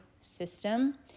system